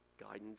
guidance